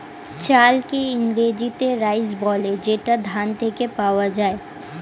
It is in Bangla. চালকে ইংরেজিতে রাইস বলে যেটা ধান থেকে পাওয়া যায়